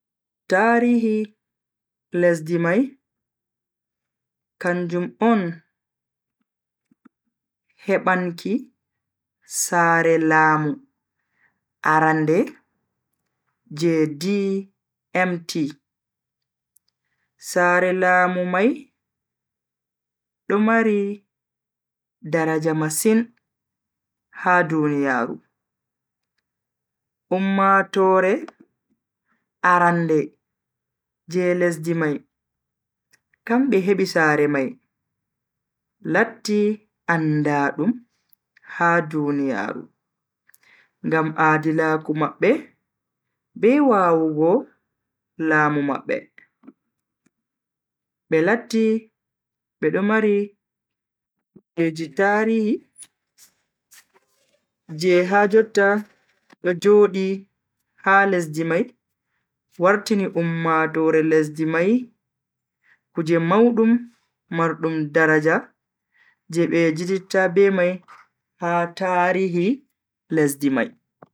Tarihi lesdi mai kanjum on hebanki saare laamu arande je d'mt. sare laamu mai do mari daraja masin ha duniyaaru. Ummatoore arande je lesdi mai kambe hebi sare mai latti andaadum ha duniyaaru ngam aadilaku mabbe be wawugo laamu mabbe. be latti bedo mari kujeji tarihi je ha jotta do Jodi ha lesdi mai wartini ummatoore lesdi mai kuje maudum mardum daraja je be yejjititta be mai ha tarihi lesdi mabbe mai.